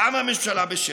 למה הממשלה בשלה?